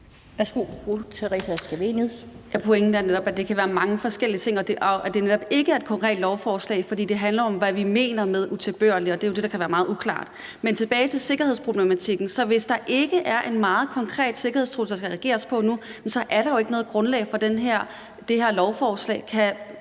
det kan være mange forskellige ting, og at det netop ikke er et konkret lovforslag, fordi det handler om, hvad vi mener med utilbørlig. Og det er jo det, der kan være meget uklart. Men jeg vil gerne tilbage til sikkerhedsproblematikken. Hvis der ikke er en meget konkret sikkerhedstrussel, der skal reageres på nu, er der jo ikke noget grundlag for det her lovforslag. Kan